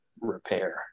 repair